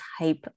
type